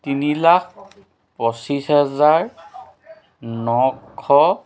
তিনি লাখ পঁচিছ হেজাৰ নশ